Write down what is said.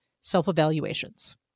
self-evaluations